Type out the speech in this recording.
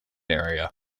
area